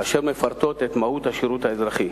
אשר מפרטות את מהות השירות האזרחי,